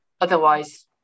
otherwise